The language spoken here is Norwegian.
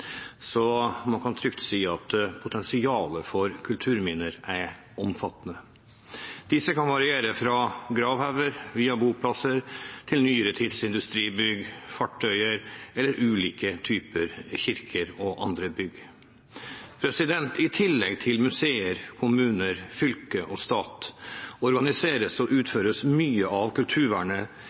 så man kan trygt si at potensialet for kulturminner er omfattende. Disse kan variere fra gravhauger via boplasser til nyere tids industribygg, fartøyer eller ulike typer kirker og andre bygg. I tillegg til museer, kommuner, fylker og stat organiseres og utføres mye av kulturvernet